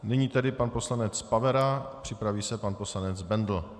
Nyní tedy pan poslanec Pavera, připraví se pan poslanec Bendl.